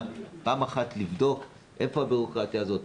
פעם אחת לבדוק איפה הבירוקרטיה הזאת,